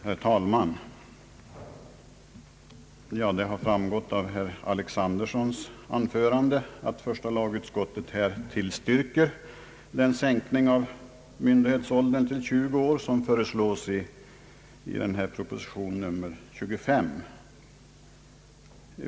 Herr talman! Det har framgått av herr Alexandersons anförande att första lagutskottet tillstyrker den sänkning av myndighetsåldern till 20 år som föreslås i proposition nr 25.